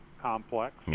complex